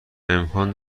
امکان